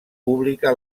pública